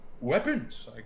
weapons